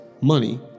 money